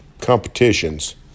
competitions